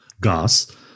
gas